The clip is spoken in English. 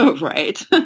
Right